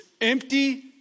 empty